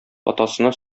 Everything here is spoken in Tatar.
атасына